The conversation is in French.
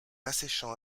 asséchant